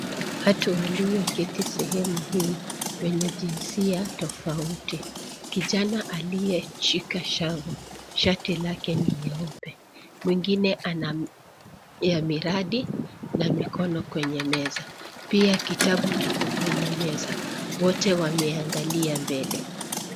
Watu walioketi sehemu hii, wenye jinsia tofauti, kijana aliyeshika shavu. Shati lake ni nyeupe, mwingine ana ya miradi na mikono kwenye meza. Pia kitabu kiko kwenye meza. Wote wameangalia mbele.